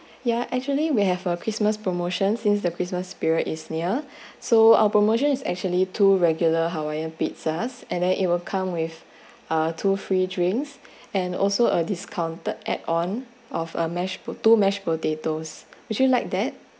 ya actually we have a christmas promotions since the christmas period is near so our promotion is actually two regular hawaiian pizzas and then it will come with uh two free drinks and also a discounted add on of a mashed po~ two mashed potatoes would you like that